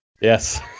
Yes